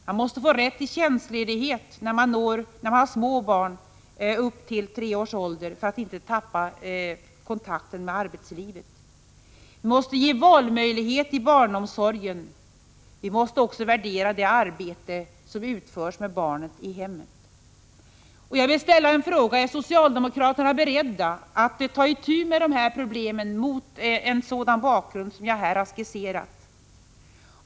Man måste få rätt till tjänstledighet när man har små barn upp till tre års ålder för att inte tappa kontakten med arbetslivet. Vi måste ge valmöjlighet i barnomsorgen. Vi måste också värdera det arbete som utförs med barnet i hemmet. Jag vill ställa en fråga: Är socialdemokraterna beredda att ta itu med de här problemen mot en sådan bakgrund som jag här har skisserat?